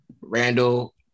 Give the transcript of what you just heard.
Randall